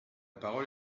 parole